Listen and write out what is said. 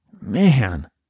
Man